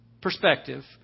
perspective